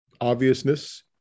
obviousness